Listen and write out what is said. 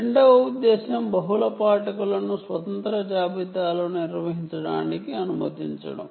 రెండవ ఉద్దేశ్యం బహుళ పాఠకులను స్వతంత్ర జాబితాలను నిర్వహించడానికి అనుమతించడం